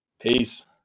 Peace